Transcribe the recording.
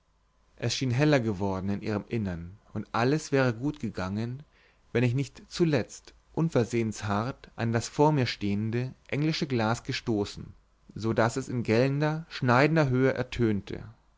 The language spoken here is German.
schien heller geworden in ihrem innern und alles wäre gut gegangen wenn ich nicht zuletzt unversehends hart an das vor mir stehende englische glas gestoßen so daß es in gellender schneidender höhe ertönte